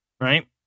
Right